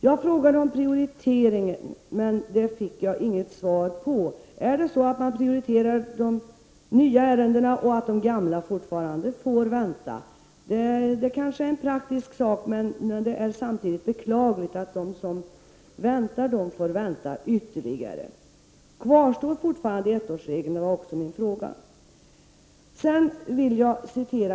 Jag frågade om prioriteringar, men jag fick inget svar på det. Prioriteras de nya ärendena så att de gamla får vänta? Det är kanske en praktisk fråga, men det är samtidigt beklagligt att de som väntar får vänta ytterligare. Jag frågade också om ettårsregeln kvarstår.